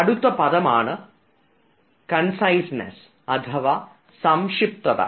അടുത്ത പദമാണ് കൺസൈസ്നെസ്സ് അഥവാ സംക്ഷിപ്തത